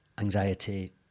anxiety